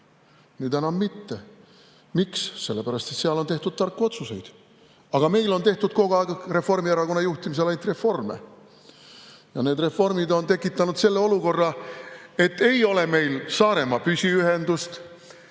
Nüüd enam mitte. Miks? Sellepärast et seal on tehtud tarku otsuseid, aga meil on tehtud kogu aeg Reformierakonna juhtimisel ainult reforme. Ja need reformid on tekitanud selle olukorra, et ei ole meil Saaremaa püsiühendust,